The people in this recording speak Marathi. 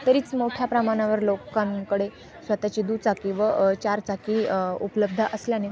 तरीच मोठ्या प्रमाणावर लोकांकडे स्वतःची दुचाकी व चारचाकी उपलब्ध असल्याने